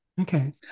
Okay